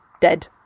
dead